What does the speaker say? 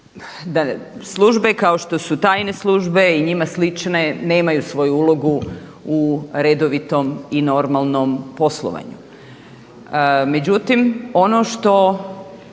službe kao što su tajne službe i njima slične nemaju svoju ulogu u redovitom i normalnom poslovanju. Međutim, ono što